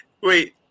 wait